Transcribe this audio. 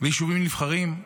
ביישובים נבחרים,